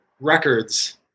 records